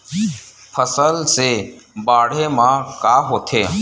फसल से बाढ़े म का होथे?